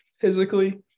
physically